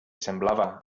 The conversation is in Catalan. semblava